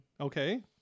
Okay